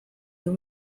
uyu